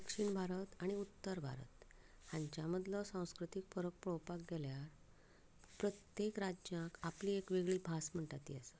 दक्षिण भारत आनी उत्तर भारत हांच्या मदलो सांस्कृतीक फरक पळोवपाक गेल्यार प्रत्येक राज्यांत आपली एक वेगळी भास म्हणटा ती आसा